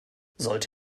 sollte